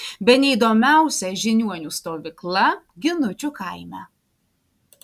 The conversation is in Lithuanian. bene įdomiausia žiniuonių stovykla ginučių kaime